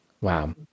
Wow